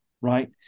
right